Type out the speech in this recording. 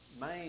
main